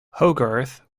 hogarth